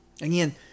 Again